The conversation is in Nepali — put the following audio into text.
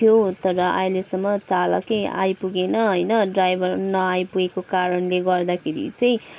थियो तर अहिलेसम्म चालकै आइपुगेन होइन ड्राइभर नआइपुगेको कारणले गर्दाखेरि चाहिँ